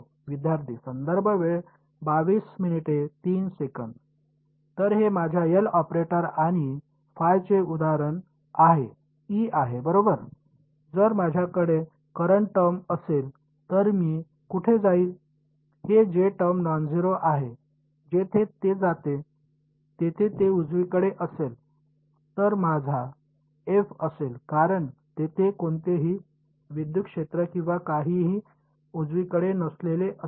विद्यार्थीः तर हे माझ्या एल ऑपरेटर आणि चे उदाहरण आहे ई आहे बरोबर जर माझ्याकडे करंट टर्म असेल तर ती कुठे जाईल हे J टर्म नॉन झेरो आहे जेथे ते जाते तेथे ते उजवीकडे असेल तर माझे f असेल कारण तेथे कोणतेही विद्युत क्षेत्र किंवा काहीही उजवीकडे नसलेले असेल